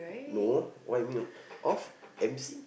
no what you mean you off M_C